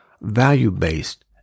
value-based